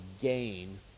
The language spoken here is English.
gain